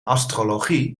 astrologie